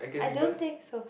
I don't think so